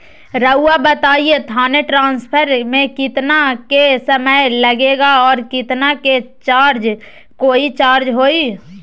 रहुआ बताएं थाने ट्रांसफर में कितना के समय लेगेला और कितना के चार्ज कोई चार्ज होई?